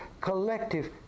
collective